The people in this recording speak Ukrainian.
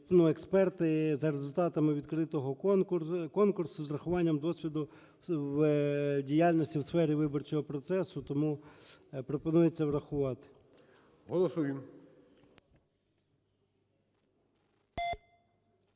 експерти за результатами відкритого конкурсу, з врахуванням досвіду діяльності в сфері виборчого процесу. Тому пропонується врахувати.